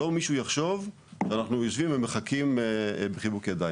שלא יחשוב מישהו שאנחנו יושבים ומחכים בשילוב ידיים.